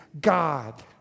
God